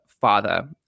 father